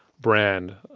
brand.